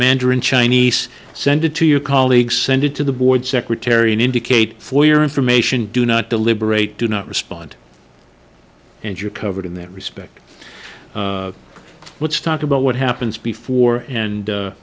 mandarin chinese send it to your colleagues send it to the board secretary and indicate for your information do not deliberate do not respond and you are covered in that respect let's talk about what happens before and